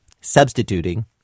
substituting